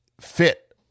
fit